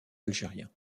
algérien